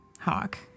hawk